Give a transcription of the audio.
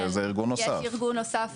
זה ארגון נוסף.